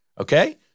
Okay